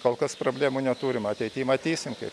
kol kas problemų neturim ateity matysim kaip